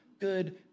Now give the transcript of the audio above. good